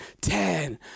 Ten